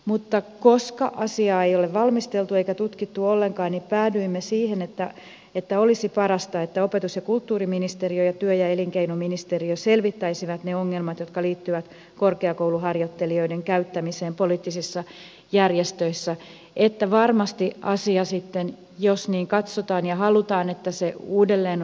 mutta koska asiaa ei ole valmisteltu eikä tutkittu ollenkaan päädyimme siihen että olisi parasta että opetus ja kulttuuriministeriö ja työ ja elinkeinoministeriö selvittäisivät ne ongelmat jotka liittyvät korkeakouluharjoittelijoiden käyttämiseen poliittisissa järjestöissä niin että varmasti asia sitten jos niin katsotaan ja halutaan on uudelleen mahdollista arvioida